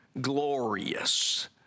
glorious